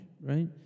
Right